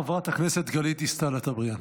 חברת הכנסת גלית דיסטל אטבריאן.